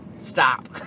stop